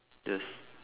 yes